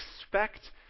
expect